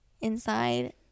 inside